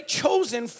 chosen